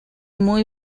muy